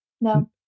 No